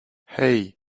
hey